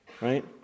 right